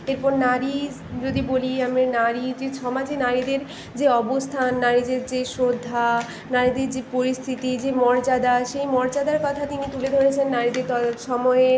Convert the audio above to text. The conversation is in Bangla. এরপর নারী যদি বলি আমরা নারী যে সমাজে নারীদের যে অবস্থান নারীদের যে শ্রদ্ধা নারীদের যে পরিস্থিতি যে মর্যাদা সেই মর্যাদার কথা তিনি তুলে ধরেছেন নারীদের সময়ে